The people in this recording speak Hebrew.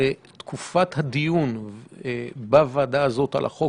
בתקופת הדיון בוועדה הזאת על החוק